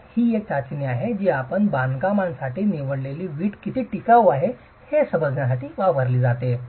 तर ही एक चाचणी आहे जी आपण बांधकामासाठी निवडलेली वीट किती टिकाऊ आहे हे समजण्यासाठी वापरली जाते